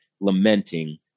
lamenting